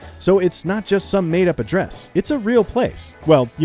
so it's not just some made up address, it's a real place, well, yeah